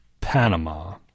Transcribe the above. Panama